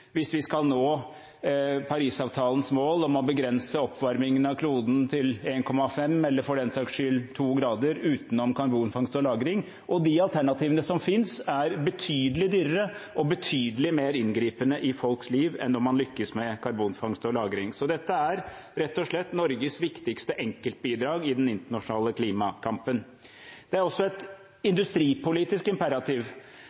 hvis vi skal nå Parisavtalens mål om å begrense oppvarmingen av kloden til 1,5 grader, eller for den saks skyld til 2 grader, utenom karbonfangst og -lagring. De alternativene som finnes, er betydelig dyrere og betydelig mer inngripende i folks liv enn om man lykkes med karbonfangst og -lagring. Så dette er rett og slett Norges viktigste enkeltbidrag i den internasjonale klimakampen. Det er også et